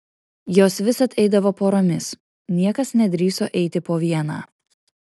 jos visad eidavo poromis niekas nedrįso eiti po vieną